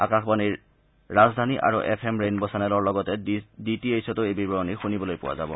আকাশবাণীৰ ৰাজধানী আৰু এফ এম ৰেইনব চেনেলৰ লগতে ডি টি এইচতো এই বিৱৰণী শুনিবলৈ পোৱা যাব